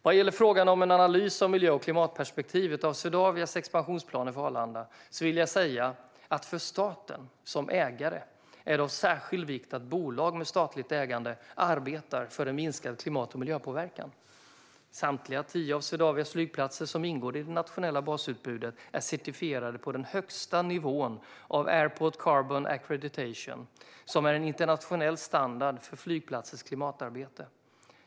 Vad gäller frågan om en analys av miljö och klimatperspektivet av Swedavias expansionsplaner för Arlanda vill jag säga att för staten som ägare är det av särskild vikt att bolag med statligt ägande arbetar för en minskad klimat och miljöpåverkan. Samtliga tio av Swedavias flygplatser som ingår i det nationella basutbudet är certifierade på den högsta nivån av Airport Carbon Accreditation, som är en internationell standard för flygplatsers klimatarbete.